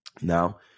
Now